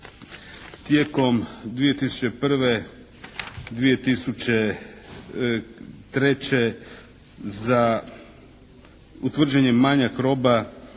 Tijekom 2001., 2003. za, utvrđen je manjak roba